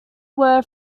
were